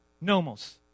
nomos